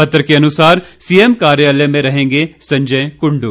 पत्र के अनुसार सीएम कार्यालय में रहेंगे संजय कुंडू